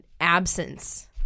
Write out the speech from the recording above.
absence